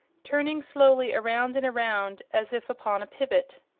turning slowly around and around as if upon a pivot.